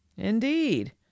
Indeed